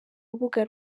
urubuga